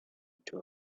into